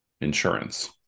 insurance